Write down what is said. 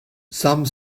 some